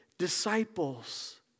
Disciples